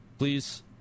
Please